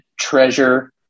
treasure